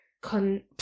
con